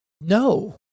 no